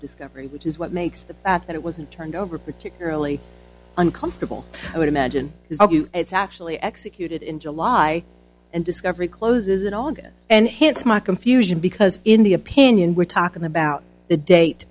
discovery which is what makes that it wasn't turned over particularly uncomfortable i would imagine it's actually executed in july and discovery closes in august and hits my confusion because in the opinion we're talking about the date